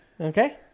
Okay